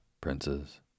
princes